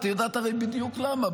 את יודעת הרי בדיוק למה,